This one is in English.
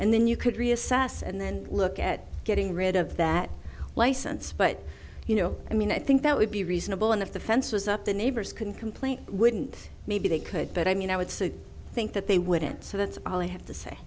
and then you could reassess and then look at getting rid of that license but you know i mean i think that would be reasonable and if the fence was up the neighbors can complain wouldn't maybe they could but i mean i would say think that they wouldn't so that's all they have to say